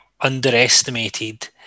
underestimated